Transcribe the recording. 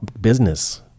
business